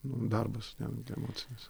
darbas netgi emocinis